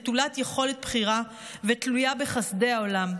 נטולת יכולת בחירה ותלויה בחסדי העולם.